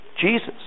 Jesus